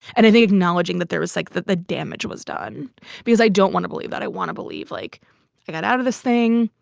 and i think acknowledging that there was like that the damage was done because i don't want to believe that i want to believe like got out of this thing.